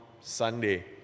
Sunday